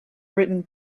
written